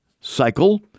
cycle